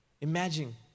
Imagine